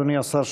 אדוני השר,